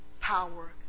power